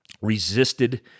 resisted